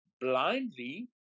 blindly